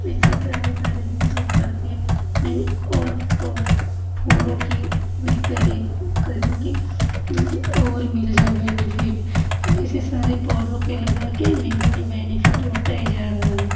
ऐसे सारे सारे मतलब करके मैंने और फूलों की बिक्री करी कि मुझे और मिल जाए बेनीफिट मैंने ऐसे सारे पौधों के लगा के मेरा ही बेनीफ़िट होता ही जा रहा है